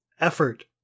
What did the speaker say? effort